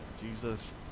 Jesus